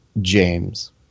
James